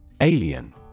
Alien